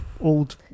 old